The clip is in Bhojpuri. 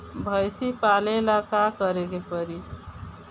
भइसी पालेला का करे के पारी?